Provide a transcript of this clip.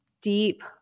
deep